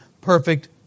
perfect